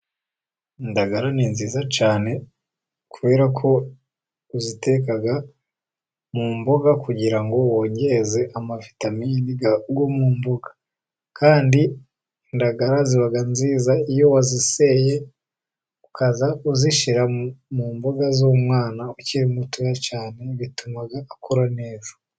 Indagara ni nziza cyane, kubera ko uziteka mu mboga kugira wongere amavitamini mu mboga. Kandi indagara ziba nziza iyo waziseye, ukajya uzishyira mu mboga z'umwana ukiri muto cyane, bituma akura neza.